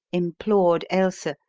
implored ailsa,